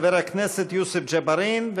חבר הכנסת יוסף ג'בארין,